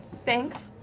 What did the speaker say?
thanks?